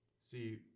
See